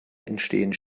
entstehen